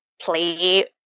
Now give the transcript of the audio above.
play